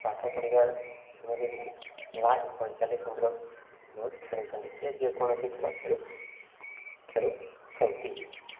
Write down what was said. ପାଠ ପଢ଼ିବା ସମୟରେ ଠିକ୍ ଲାଷ୍ଟ ପଇଁଚାଲିଶି ବହୁତ ଖେଳୁଛନ୍ତି ଯିଏ ଯେକୌଣସି ଖେଳୁ ଖେଳୁ ଖେଳୁଛନ୍ତି